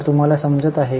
तर तुम्हाला समजत आहे